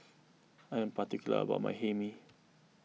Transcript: I am particular about my Hae Mee